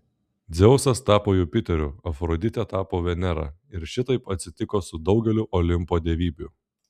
dzeusas tapo jupiteriu afroditė tapo venera ir šitaip atsitiko su daugeliu olimpo dievybių